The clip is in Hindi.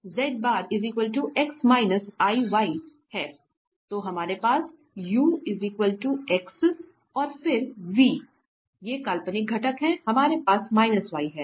तो हमारे पास ux है और फिर v ये काल्पनिक घटक हैं हमारे पास y हैं